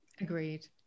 agreed